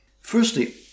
Firstly